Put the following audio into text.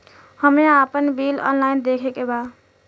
हमे आपन bill online देखे के बा?